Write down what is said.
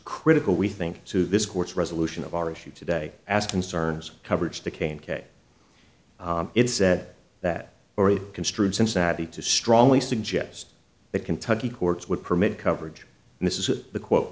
critical we think to this court's resolution of our issue today as concerns coverage became k it said that already construed cincinnati to strongly suggest that kentucky courts would permit coverage and this is the quote